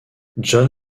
jon